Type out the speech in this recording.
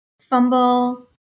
fumble